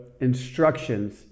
instructions